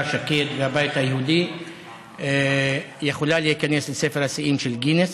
שקד והבית היהודי יכולה להיכנס לספר השיאים של גינס,